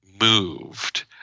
moved